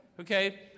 Okay